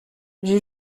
j’ai